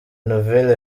nouvelle